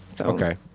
Okay